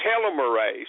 telomerase